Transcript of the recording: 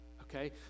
okay